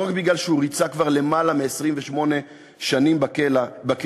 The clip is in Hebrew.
לא רק מכיוון שהוא ריצה כבר למעלה מ-28 שנים בכלא,